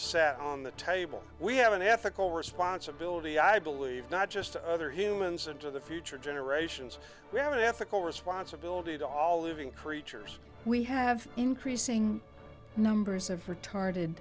sat on the table we have an ethical responsibility i believe not just to other humans and to the future generations we have an ethical responsibility to all living creatures we have increasing numbers of retarded